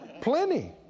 Plenty